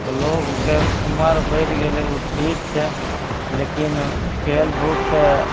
तऽ लोकके उमरि बढ़ि गेलै ओ ठीक छै लेकिन खेलधूप तऽ